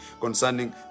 concerning